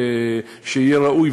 שיהיה ראוי,